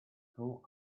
tall